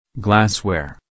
Glassware